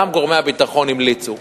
גם גורמי הביטחון המליצו